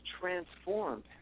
transformed